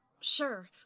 sure